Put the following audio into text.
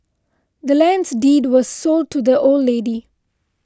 the land's deed was sold to the old lady